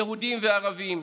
יהודים וערבים,